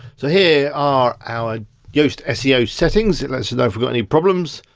so here are our yoast seo settings. it mentions there if we've got any problems,